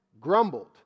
grumbled